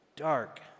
dark